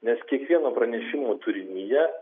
nes kiekvieno pranešimo turinyje